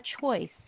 choice